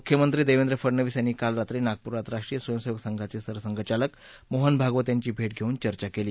मुख्यमंत्री देवेंद्र फडनवीस यांनी काल रात्री नागपूरात राष्ट्रीय स्वयंसेवक संघाचे सरसंघचालक मोहन भागवत यांची भे घेऊन चर्चा केली